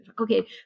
okay